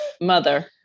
Mother